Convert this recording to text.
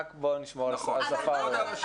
רק בואו נשמור על השפה הראויה.